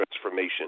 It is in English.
transformation